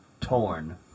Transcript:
torn